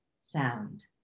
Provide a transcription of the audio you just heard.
sound